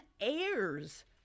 heirs